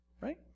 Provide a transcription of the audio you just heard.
right